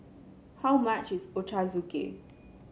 how much is Ochazuke